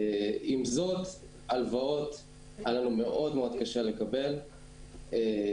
עם זאת, היה לנו מאוד מאוד קשה לקבל הלוואות.